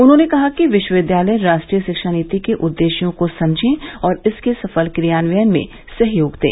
उन्होंने कहा कि विश्वविद्यालय राष्ट्रीय शिक्षा नीति के उद्देश्यों को समझें और इसके सफल क्रियान्वयन में योगदान दें